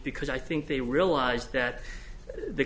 because i think they realize that the